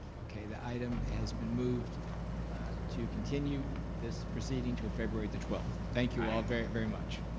okay, the item has been moved to continue this proceeding til february the twelfth. thank you all very, very much.